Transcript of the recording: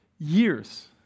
Years